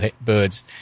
birds